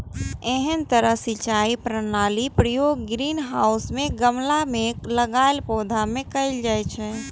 एहन तरहक सिंचाई प्रणालीक प्रयोग ग्रीनहाउस मे गमला मे लगाएल पौधा मे कैल जाइ छै